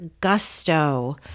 Gusto